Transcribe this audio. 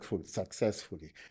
successfully